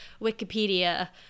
wikipedia